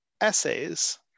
essays